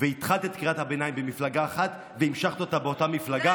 והתחלת את קריאת הביניים במפלגה אחת והמשכת אותה באותה המפלגה.